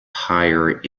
hire